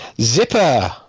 Zipper